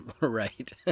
Right